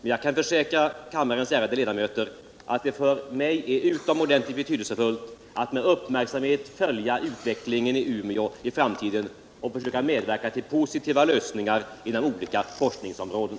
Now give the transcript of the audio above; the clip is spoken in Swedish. men jag kan försäkra kammarens ärade ledamöter att det för mig är utomordentligt betydelsefullt att med uppmärksamhet följa utvecklingen i Umeå i framtiden och försöka medverka till positiva lösningar inom olika forskningsområden.